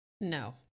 No